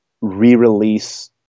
re-release